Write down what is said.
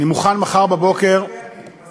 אני מוכן מחר בבוקר, ציבורי זה סובייטי.